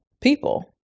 people